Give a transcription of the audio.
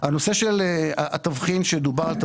לגבי התבחין שדובר עליו,